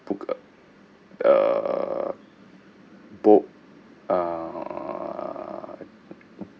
book uh err book err